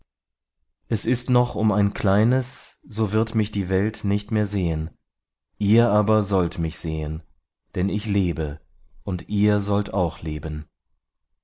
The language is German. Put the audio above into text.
es ist noch um ein kleines so wird mich die welt nicht mehr sehen ihr aber sollt mich sehen denn ich lebe und ihr sollt auch leben